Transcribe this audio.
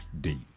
deep